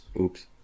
Oops